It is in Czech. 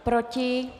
Proti?